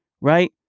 Right